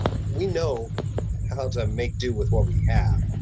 we know how to make do with what we have,